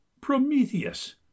prometheus